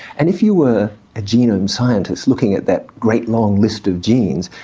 and if you were a genome scientist looking at that great long list of genes,